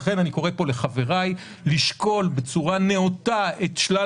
לכן אני קורא פה לחבריי לשקול בצורה נאותה את שלל